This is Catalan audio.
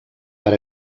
per